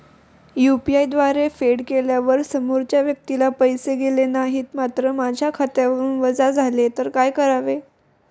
UPI द्वारे फेड केल्यावर समोरच्या व्यक्तीला पैसे गेले नाहीत मात्र माझ्या खात्यावरून वजा झाले तर काय करावे?